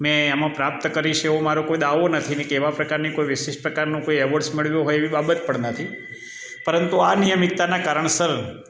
મેં આમાં પ્રાપ્ત કરી છે એવો મારો કોઈ દાવો નથી કે એવા પ્રકારની કોઈ વિશિષ્ટ પ્રકારનું કોઈ એવોર્ડ્સ મેળવ્યો હોય એવી બાબત પણ નથી પરંતુ આ નિયમિતતાના કારણસર